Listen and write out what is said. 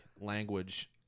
language